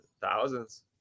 Thousands